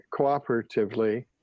cooperatively